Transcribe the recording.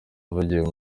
yavugiye